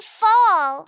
fall